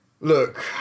look